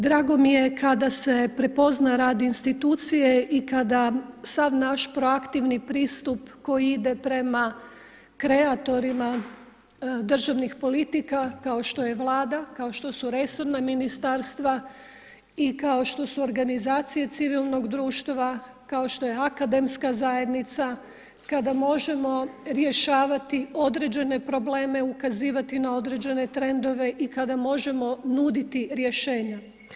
Drago mi je kada se prepozna rad institucije i kada sav naš proaktivni pristup koji ide prema kreatorima državnih politika kao što je Vlada, kao što su resorna ministarstva i kao što su organizacije civilnog društva, kao što je akademska zajednica, kada možemo rješavati određene probleme, ukazivati na određene trendove i kada možemo nuditi rješenja.